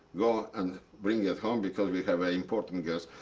go and bring it home because we have an important guest.